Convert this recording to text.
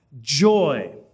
joy